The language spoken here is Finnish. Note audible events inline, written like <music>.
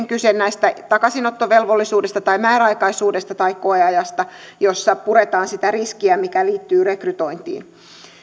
<unintelligible> kyse takaisinottovelvollisuudesta tai määräaikaisuudesta tai koeajasta jossa puretaan sitä riskiä mikä liittyy rekrytointiin